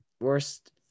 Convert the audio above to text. Worst